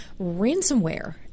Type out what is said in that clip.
ransomware